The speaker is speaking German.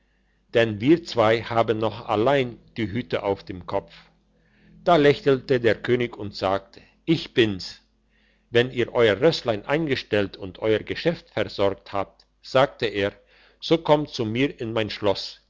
denn wir zwei haben noch allein die hüte auf dem kopf da lächelte der könig und sagte ich bin's wenn ihr euer rösslein eingestellt und euer geschäft versorgt habt sagte er so kommt zu mir in mein schloss